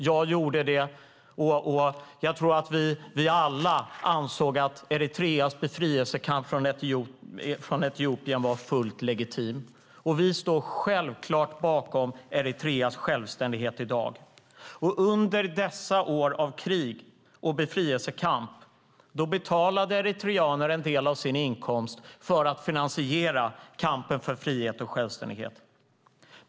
Jag gjorde det, och jag tror att vi alla ansåg att Eritreas befrielsekamp mot Etiopien var fullt legitim. Vi står självklart bakom Eritreas självständighet i dag. Under dessa år av krig och befrielsekamp betalade eritreaner en del av sin inkomst för att finansiera kampen för frihet och självständighet.